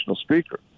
speaker